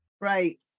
Right